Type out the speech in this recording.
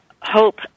hope